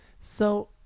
So-